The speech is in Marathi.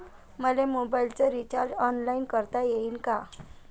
मले मोबाईलच रिचार्ज ऑनलाईन करता येईन का?